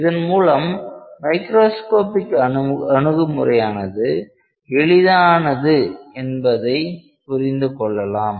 இதன் மூலம் மைக்ரோஸ்கோப்பிக் அணுகுமுறையானது எளிதானது என்பதை புரிந்து கொள்ளலாம்